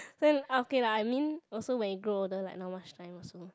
then okay lah I mean also when you grow older like not much time also